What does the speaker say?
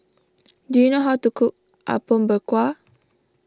do you know how to cook Apom Berkuah